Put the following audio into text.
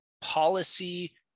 policy